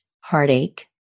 heartache